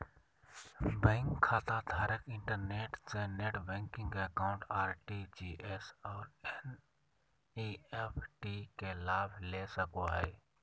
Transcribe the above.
bank खाताधारक internet से net banking account, RTGS और एन.इ.एफ.टी के लाभ ले सको हइ